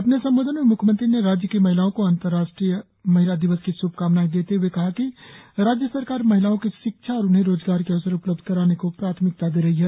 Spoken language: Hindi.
अपने संबोधन में म्ख्यमंत्री ने राज्य की महिलाओं को अंतर्राष्ट्रीय महिला दिवस की श्भकामनाएँ देते हए कहा कि राज्य सरकार महिलाओं की शिक्षा और उन्हें रोजगार के अवसर उपलब्ध कराने को प्राथमिकता दे रही है